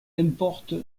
importe